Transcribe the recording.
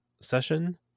session